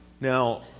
Now